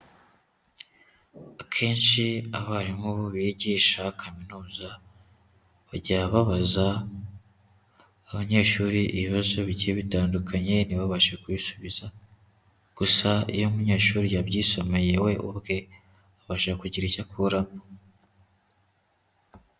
Akenshi abarimu bigisha kaminuza, bajya babaza abanyeshuri ibibazo bigiye bitandukanye ntibabashe kubisubiza, gusa iyo umunyeshuri yabyisomeye we ubwe, abasha kugira icyo akuramo.